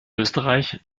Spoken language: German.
österreich